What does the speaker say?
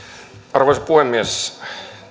arvoisa puhemies